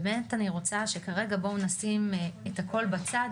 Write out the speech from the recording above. באמת אני רוצה שכרגע בואו נשים את הכול בצד